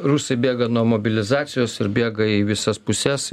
rusai bėga nuo mobilizacijos ir bėga į visas puses